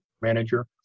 manager